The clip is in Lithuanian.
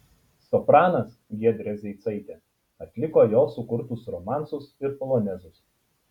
sopranas giedrė zeicaitė atliko jo sukurtus romansus ir polonezus